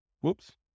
Whoops